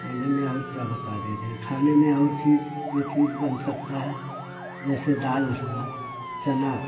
आने में और क्या बता देते हैं खाने में और चीज ये चीज़ बन सकता है जैसे दाल हुआ चना